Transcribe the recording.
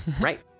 Right